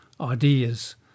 ideas